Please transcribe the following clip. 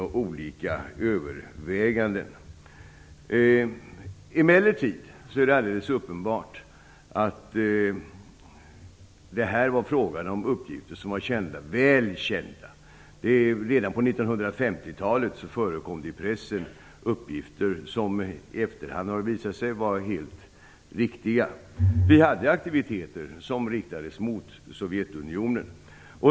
Det är emellertid alldeles uppenbart att det var fråga om uppgifter som var väl kända. Redan på 1950-talet förekom i pressen uppgifter som i efterhand har visat sig vara helt riktiga. Vi hade aktiviteter som riktades mot Sovjetunionen.